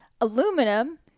Aluminum